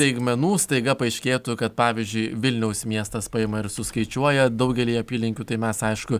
staigmenų staiga paaiškėtų kad pavyzdžiui vilniaus miestas paima ir suskaičiuoja daugelyje apylinkių tai mes aišku